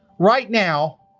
right now,